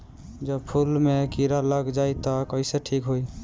जब फूल मे किरा लग जाई त कइसे ठिक होई?